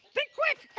think quick. ah